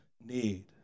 need